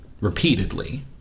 Repeatedly